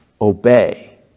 Obey